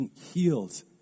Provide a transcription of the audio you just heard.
healed